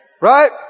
Right